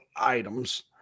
items